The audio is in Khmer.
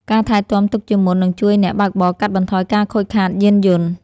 ការថែទាំទុកជាមុន នឹងជួយអ្នកបើកបរកាត់បន្ថយការខូចខាតយានយន្ត។